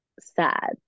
sad